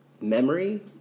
memory